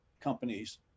companies